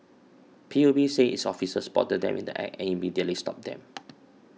P U B said its officers spotted them in the Act and immediately stopped them